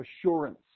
assurance